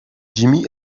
jimmy